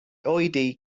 oedi